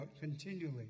continually